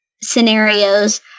scenarios